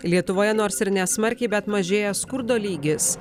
lietuvoje nors ir nesmarkiai bet mažėja skurdo lygis